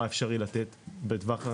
לבדוק מה אפשרי לתת בטווח,